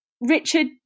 Richard